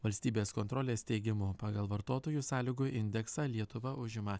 valstybės kontrolės teigimu pagal vartotojų sąlygų indeksą lietuva užima